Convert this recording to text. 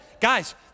guys